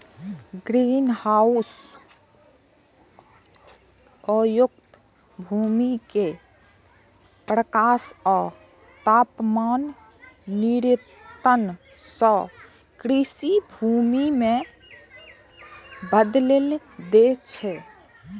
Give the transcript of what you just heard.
greenhouse अयोग्य भूमि कें प्रकाश आ तापमान नियंत्रण सं कृषि भूमि मे बदलि दै छै